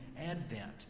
Advent